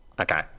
Okay